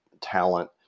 talent